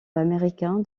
américain